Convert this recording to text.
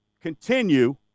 continue